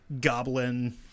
goblin